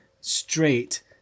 straight